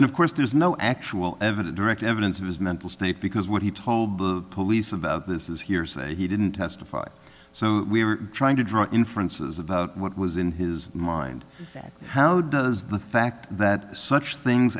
and of course there's no actual evidence directly evidence of his mental state because what he told the police about this is hearsay he didn't testify so we were trying to draw inferences about what was in his mind that how does the fact that such things